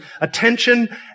attention